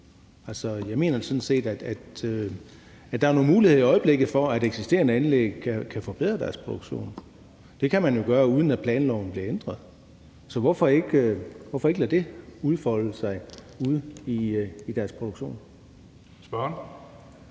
Jeg mener jo sådan set, at der i øjeblikket er nogle muligheder for, at eksisterende anlæg kan forbedre deres produktion, og det kan man jo gøre, uden at planloven bliver ændret. Så hvorfor ikke lade det udfolde sig ude i deres produktion? Kl.